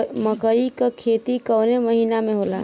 मकई क खेती कवने महीना में होला?